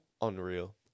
Unreal